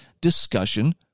discussion